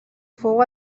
fou